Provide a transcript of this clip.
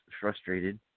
frustrated